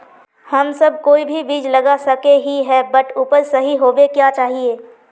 हम सब कोई भी बीज लगा सके ही है बट उपज सही होबे क्याँ चाहिए?